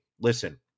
listen